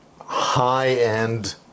high-end